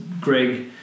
Greg